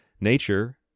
Nature